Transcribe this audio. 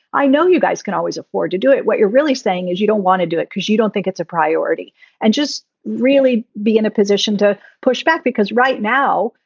i know you guys can always afford to do it. what you're really saying is you don't want to do it because you don't think it's a priority and just really be in a position to push back. because right now,